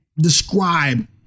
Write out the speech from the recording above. describe